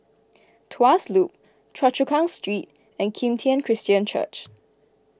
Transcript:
Tuas Loop Choa Chu Kang Street and Kim Tian Christian Church